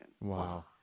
Wow